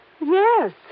Yes